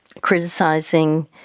criticizing